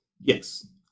Yes